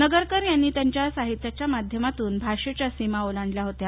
नगरकर यांनी त्यांच्या साहित्याच्या माध्यमातून भाषेच्या सीमा ओलांडल्या होत्या